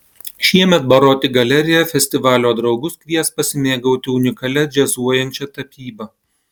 šiemet baroti galerija festivalio draugus kvies pasimėgauti unikalia džiazuojančia tapyba